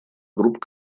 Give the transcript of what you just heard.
групп